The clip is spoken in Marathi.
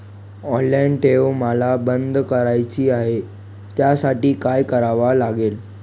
ऑनलाईन ठेव मला बंद करायची आहे, त्यासाठी काय करावे लागेल?